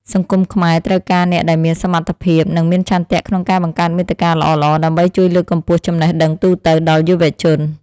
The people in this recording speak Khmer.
សង្គមខ្មែរត្រូវការអ្នកដែលមានសមត្ថភាព និងមានឆន្ទៈក្នុងការបង្កើតមាតិកាល្អៗដើម្បីជួយលើកកម្ពស់ចំណេះដឹងទូទៅដល់យុវជន។